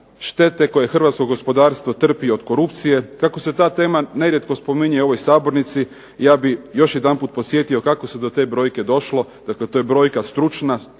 štete koje hrvatsko gospodarstvo trpi od korupcije. Kako se ta tema nerijetko spominje u ovoj sabornici ja bih još jedanput podsjetio kako se do te brojke došlo. Dakle, to je brojka stručna